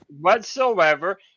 whatsoever